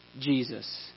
Jesus